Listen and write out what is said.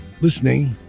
listening